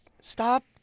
stop